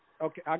Okay